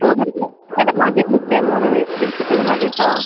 ആ മൂന്ന് ദിവസത്തെ മതി മിസ്സേ മൂന്ന് ദിവസത്തേത് മതീട്ടോ